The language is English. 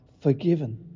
forgiven